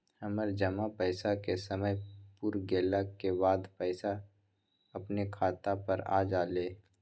हमर जमा पैसा के समय पुर गेल के बाद पैसा अपने खाता पर आ जाले?